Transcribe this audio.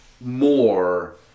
more